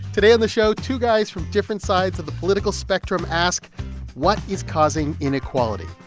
today on the show, two guys from different sides of the political spectrum ask what is causing inequality.